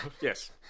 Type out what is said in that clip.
yes